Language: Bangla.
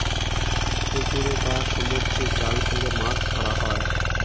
পুকুরে বা সমুদ্রে জাল ফেলে মাছ ধরা হয়